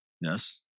Yes